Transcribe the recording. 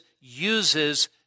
uses